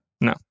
No